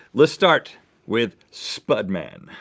lets start with spudman.